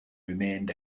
remained